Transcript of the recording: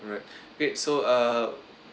alright great so uh